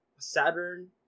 Saturn